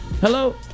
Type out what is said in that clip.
Hello